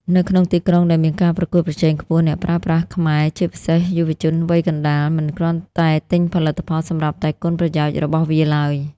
នៅក្នុងទីក្រុងដែលមានការប្រកួតប្រជែងខ្ពស់ អ្នកប្រើប្រាស់ខ្មែរ (ជាពិសេសយុវជនវ័យកណ្ដាល) មិនគ្រាន់តែទិញផលិតផលសម្រាប់តែគុណប្រយោជន៍របស់វាឡើយ។